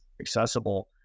accessible